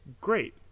great